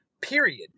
period